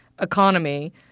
economy